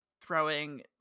throwing